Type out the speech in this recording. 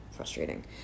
Frustrating